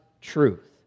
truth